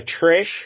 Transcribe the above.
Trish